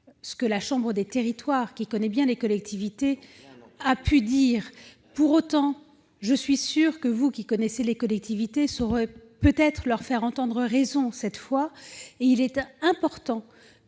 ce que la chambre des territoires, qui connaît bien les collectivités territoriales, a pu dire. Pour autant, je suis sûre que vous, qui connaissez également ces collectivités, saurez peut-être leur faire entendre raison cette fois-ci. Il est important